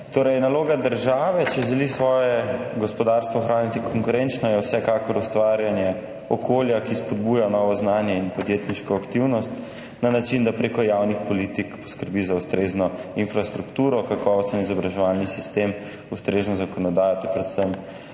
Naloga države, če želi svoje gospodarstvo ohraniti konkurenčno, je vsekakor ustvarjanje okolja, ki spodbuja novo znanje in podjetniško aktivnost na način, da preko javnih politik poskrbi za ustrezno infrastrukturo, kakovosten izobraževalni sistem, ustrezno zakonodajo ter predvsem